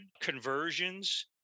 conversions